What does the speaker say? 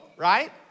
Right